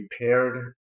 paired